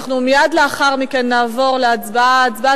מייד לאחר מכן אנחנו נעבור להצבעה.